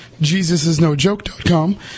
JesusIsNoJoke.com